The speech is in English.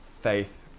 faith